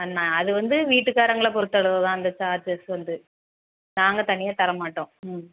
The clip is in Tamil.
ந அது வந்து வீட்டுக்காரங்களை பொறுத்தளவு தான் அந்த சார்ஜஸ் வந்து நாங்கள் தனியாக தர மாட்டோம் ம்